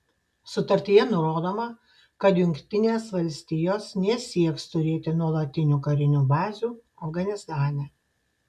sutartyje nurodoma kad jungtinės valstijos nesieks turėti nuolatinių karinių bazių afganistane